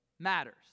matters